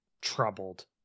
troubled